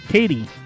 Katie